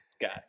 got